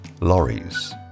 lorries